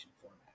format